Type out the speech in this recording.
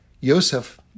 Yosef